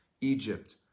Egypt